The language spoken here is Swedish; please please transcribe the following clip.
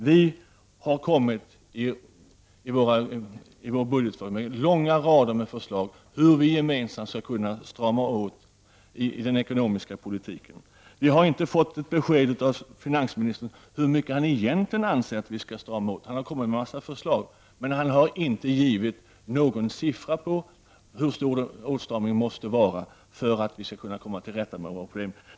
Vi har i vår budget kommit med långa rader av förslag till hur vi skall kunna strama åt i den ekonomiska politiken. Vi har inte fått besked av finansministern om hur mycket han egentligen anser att vi skall strama åt. Han har kommit med en massa förslag, men inte givit någon siffra på hur stor åtstramningen måste vara för att vi skall komma till rätta med våra problem.